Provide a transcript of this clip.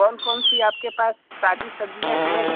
कौन कौन सी आपके पास ताज़ी सब्ज़ियाँ हैं